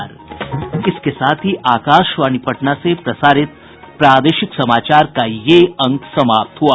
इसके साथ ही आकाशवाणी पटना से प्रसारित प्रादेशिक समाचार का ये अंक समाप्त हुआ